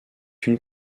une